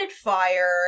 fire